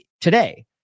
today